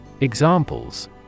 Examples